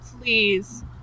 please